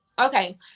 Okay